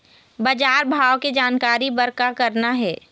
बजार भाव के जानकारी बर का करना हे?